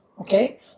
okay